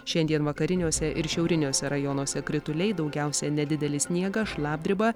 šiandien vakariniuose ir šiauriniuose rajonuose krituliai daugiausia nedidelis sniegas šlapdriba